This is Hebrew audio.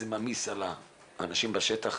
זה מעמיס על האנשים בשטח,